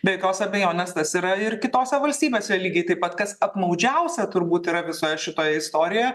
be jokios abejonės tas yra ir kitose valstybėse lygiai taip pat kas apmaudžiausia turbūt yra visoje šitoje istorijoje